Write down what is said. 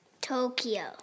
Tokyo